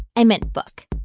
i meant book.